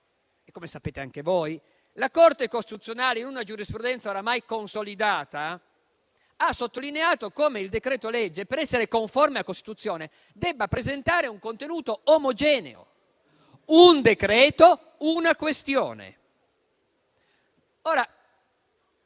come sapete anche voi, la Corte costituzionale, in una giurisprudenza oramai consolidata, ha sottolineato come il decreto-legge, per essere conforme alla Costituzione, debba presentare un contenuto omogeneo: un decreto, una questione.